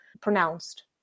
pronounced